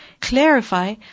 clarify